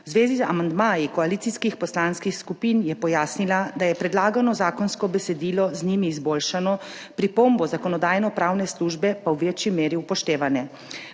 V zvezi z amandmaji koalicijskih poslanskih skupin je pojasnila, da je predlagano zakonsko besedilo z njimi izboljšano, pripombe Zakonodajno-pravne službe pa v večji meri upoštevane.